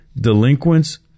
delinquents